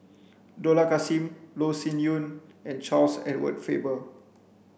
Dollah Kassim Loh Sin Yun and Charles Edward Faber